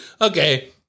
okay